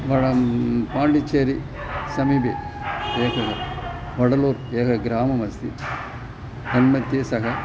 वडं पाण्डिचेरि समीपे एकः वडलूर् एकं ग्रामम् अस्ति तन्मध्ये सः